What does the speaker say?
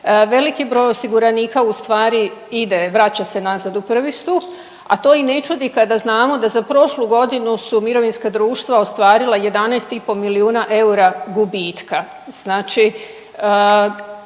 veliki broj osiguranika ustvari ide, vraća se nazad u prvi stup, a to i ne čudi kada znamo da za prošlu godinu su mirovinska društva ostvarila 11,5 milijuna eura gubitka,